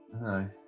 No